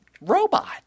robot